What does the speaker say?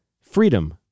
freedom